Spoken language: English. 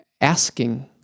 asking